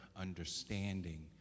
understanding